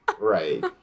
right